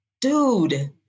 dude